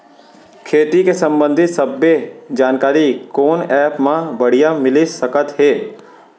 खेती के संबंधित सब्बे जानकारी कोन एप मा बढ़िया मिलिस सकत हे?